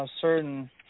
certain